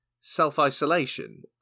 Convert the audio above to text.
self-isolation